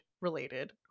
related